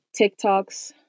TikToks